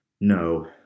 No